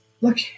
look